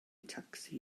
tacsi